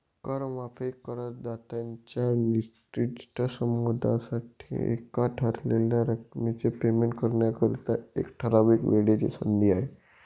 कर माफी करदात्यांच्या निर्दिष्ट समूहासाठी एका ठरवलेल्या रकमेचे पेमेंट करण्याकरिता, एका ठराविक वेळेची संधी आहे